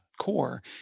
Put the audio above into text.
core